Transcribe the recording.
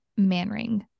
manring